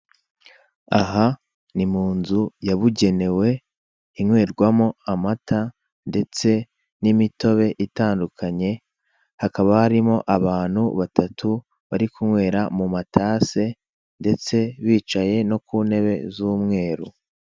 Aha ni mu nzu yabugenewe inywerwamo amata ndetse n'imitobe itandukanye, hakaba harimo abantu batatu bari kunywera mu matase ndetse bicaye no ku ntebe z'umweru